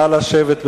נא לשבת.